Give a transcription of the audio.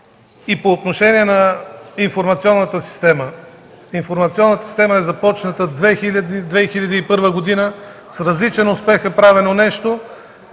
По отношение на информационната система. Информационната система е започната през 2000-2001 г., с различен успех е правено нещо.